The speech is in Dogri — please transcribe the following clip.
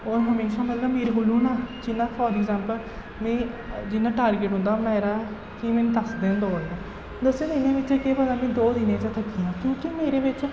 ओह् हमेशा मतलब मेरे कोलू ना जिन्ना फार अग्जाम्पल में जिन्ना टार्गेट होंदा बनाए दा कि में दस दिन दौड़ना ऐ दस्सें दिनें बिच्च केह् पता में द'ऊं दिनें च थक्की जां क्योंकि मेरे बिच्च